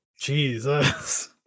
Jesus